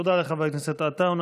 תודה לחבר הכנסת עטאונה.